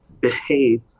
behave